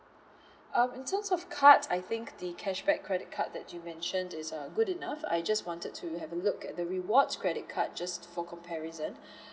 um in terms of cards I think the cashback credit card that you mentioned is uh good enough I just wanted to have a look at the rewards credit card just for comparison